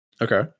Okay